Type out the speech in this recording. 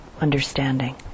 understanding